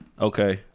Okay